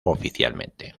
oficialmente